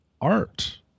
art